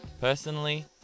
Personally